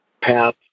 path